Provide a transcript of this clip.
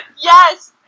Yes